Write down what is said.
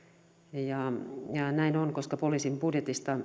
ja näin on koska poliisin budjetista